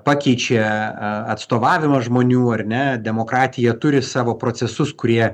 pakeičia aaa atstovavimą žmonių ar ne demokratija turi savo procesus kurie